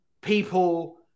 people